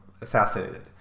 assassinated